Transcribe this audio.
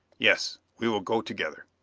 yes. we will go together.